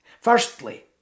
Firstly